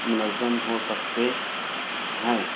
منظم ہو سکتے ہیں